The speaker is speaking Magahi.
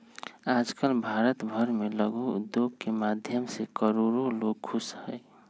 आजकल भारत भर में लघु उद्योग के माध्यम से करोडो लोग खुश हई